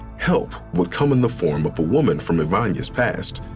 help would come in the form of a woman from yvonnya s past.